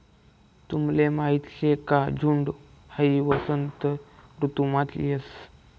तुमले माहीत शे का झुंड हाई वसंत ऋतुमाच येस